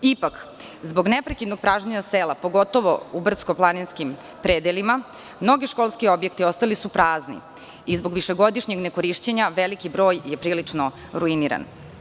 Ipak, zbog neprekidnog pražnjenja sela pogotovo u brdsko-planinskim predelima, mnogi školski objekti ostali su prazni i zbog višegodišnjeg ne korišćenja veliki broj je prilično ruiniran.